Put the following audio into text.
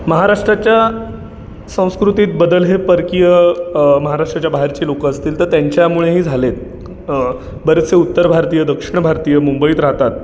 महाराष्ट्राच्या संस्कृतीत बदल हे परकीय महाराष्ट्राच्या बाहेरची लोकं असतील तर त्यांच्यामुळेही झाले आहेत बरेचसे उत्तर भारतीय दक्षिण भारतीय मुंबईत राहतात